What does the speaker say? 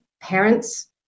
parents